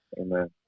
Amen